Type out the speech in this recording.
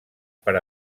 per